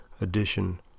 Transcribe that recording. edition